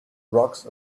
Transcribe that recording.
rocks